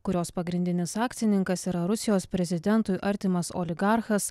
kurios pagrindinis akcininkas yra rusijos prezidentui artimas oligarchas